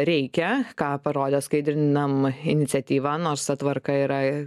reikia ką parodė skaidrinama iniciatyva nors ta tvarka yra